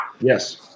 Yes